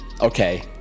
Okay